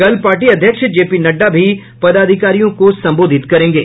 कल पार्टी अध्यक्ष जे पी नड्डा भी पदाधिकारियों को संबोधित करेंगे